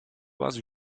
vas